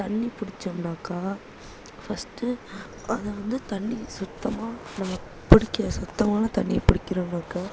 தண்ணி பிடிச்சோம்னாக்கா ஃபஸ்ட்டு அதை வந்து தண்ணி சுத்தமாக நம்ம பிடிக்க சுத்தமான தண்ணி பிடிக்கறவங்களுக்கு